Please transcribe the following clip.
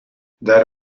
dare